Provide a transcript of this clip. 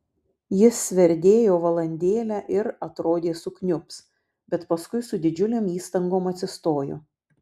jis sverdėjo valandėlę ir atrodė sukniubs bet paskui su didžiulėm įstangom atsistojo